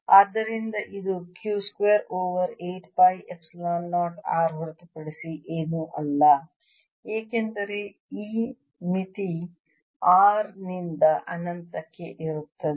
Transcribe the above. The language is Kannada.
ಆದ್ದರಿಂದ ಇದು Q square over 8 pi epsilon 0 R ಹೊರತುಪಡಿಸಿ ಏನೂ ಅಲ್ಲ ಏಕೆಂದರೆ ಈ ಮಿತಿ R ನಿಂದ ಅನಂತಕ್ಕೆ ಇರುತ್ತದೆ